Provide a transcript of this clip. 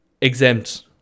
exempt